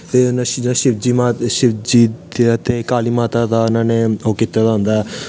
ते हून जियां शिवजी दा ते काली माता दा उनां ने ओह् कीता दा होंदा ऐ